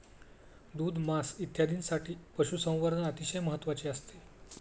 दूध, मांस इत्यादींसाठी पशुसंवर्धन अतिशय महत्त्वाचे असते